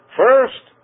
first